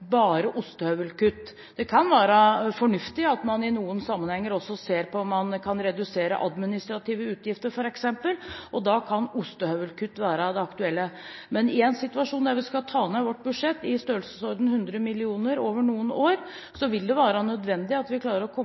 bare «ostehøvelkutt». Det kan være fornuftig at man i noen sammenhenger også ser på om man kan redusere f.eks. administrative utgifter, og da kan ostehøvelkutt være det aktuelle. Men i en situasjon der vi skal ta ned vårt budsjett i størrelsesorden 100 mill. kr over noen år, vil det være nødvendig at vi klarer å komme